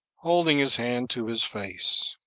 holding his hand to his face.